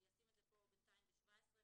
אני אשים את זה בינתיים ב-17,